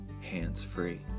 hands-free